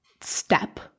step